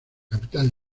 capital